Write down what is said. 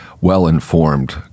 well-informed